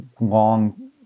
long